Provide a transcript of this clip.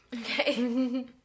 okay